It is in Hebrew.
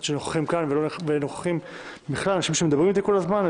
שנוכחים כאן ולאנשים שמדברים אתי כל הזמן,